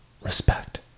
respect